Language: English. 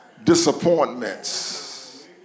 disappointments